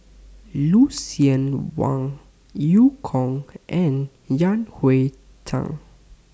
Lucien Wang EU Kong and Yan Hui Chang